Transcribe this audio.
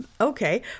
okay